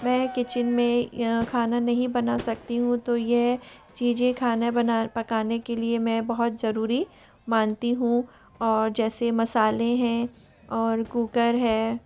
मैं किचन में खाना नहीं बन सकती हूँ तो यह चीज़ें खाना पकाने के लिए मैं बहुत जरूरी मानती हूँ और जैसे मसाले हैं और कुकर है